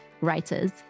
writers